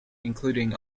including